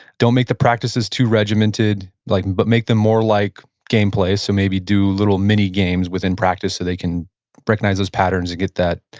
don't make the practices too regimented, like but make them more like game play, so maybe do little mini games within practice so they can recognize those patterns and get that,